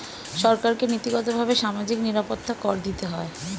সরকারকে নীতিগতভাবে সামাজিক নিরাপত্তা কর দিতে হয়